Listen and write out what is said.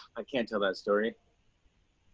i can't tell that story?